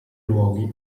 luoghi